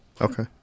Okay